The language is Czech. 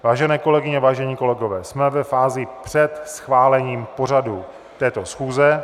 Vážené kolegyně, vážení kolegové, jsme ve fázi před schválením pořadu této schůze.